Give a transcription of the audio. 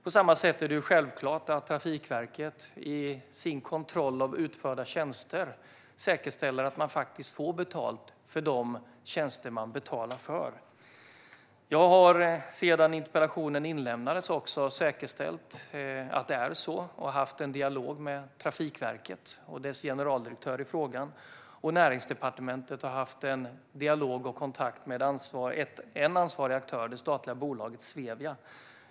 På samma sätt är det självklart att Trafikverket vid sin kontroll av utförda tjänster säkerställer att man faktiskt får de tjänster utförda som man betalar för. Sedan interpellationen inlämnades har jag säkerställt att det är så, och jag har haft en dialog med Trafikverket och dess generaldirektör om frågan. Näringsdepartementet har också haft en dialog och kontakt med en ansvarig aktör, det statliga bolaget Svevia.